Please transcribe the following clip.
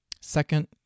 second